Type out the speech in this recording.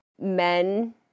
men